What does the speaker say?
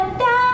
da